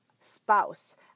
spouse